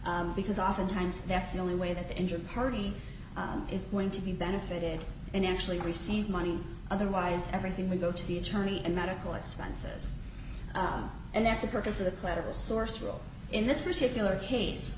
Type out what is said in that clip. source because often times next the only way that the injured party is going to be benefited and actually receive money otherwise everything will go to the attorney and medical expenses and that's the purpose of the collateral source rule in this particular case